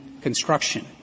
construction